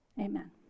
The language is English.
amen